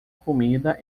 comida